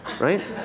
Right